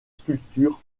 structures